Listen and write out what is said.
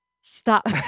Stop